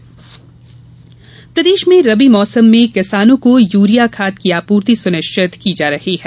urea प्रदेश में रबी मौसम में किसानों को यूरिया खाद की आपूर्ति सुनिश्चित की जा रही है